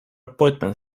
appointment